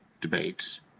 debates